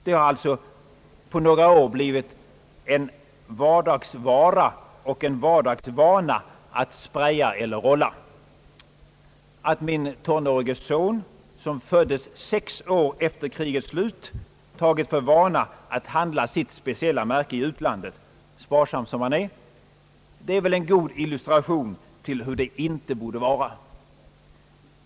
Det har alltså på några år blivit en vardagsvara och en vardagsvana att spraya eller rolla. Att min tonårige son, som föddes sex år efter krigets slut, tagit för vana att handla sitt speciella märke i utlandet — sparsam som han är — det är väl en god illustration till hur det inte borde vara.